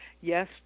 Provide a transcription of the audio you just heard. Yes